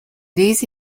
these